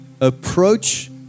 Approach